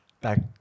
back